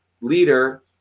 leader